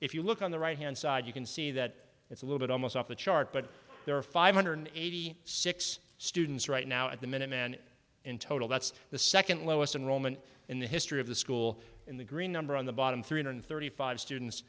if you look on the right hand side you can see that it's a little bit almost off the chart but there are five hundred eighty six students right now at the minutemen in total that's the second lowest enrollment in the history of the school in the green number on the bottom three hundred thirty five students